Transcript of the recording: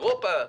אירופה,